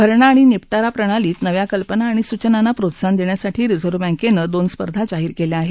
भरणा आणि निपटारा प्रणालींमधे नव्या कल्पना आणि सूचनांना प्रोत्साहन देण्यासाठी रिझर्व्ह बँकनं दोन स्पर्धा जाहीर केल्या आहेत